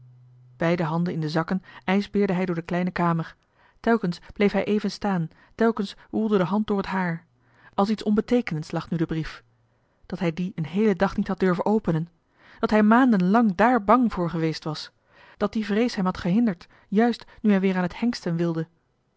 beide handen in de zakken ijsbeerde hij door de kleine kamer telkens bleef hij even staan telkens woelde de hand door het haar als iets onbeteekenends lag nu de brief dat hij dien een heelen dag niet had durven openen dat hij maanden lang daar bang voor geweest was dat die vrees hem had gehinderd juist nu hij weer aan het hengsten wilde